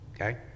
okay